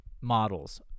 models